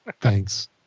Thanks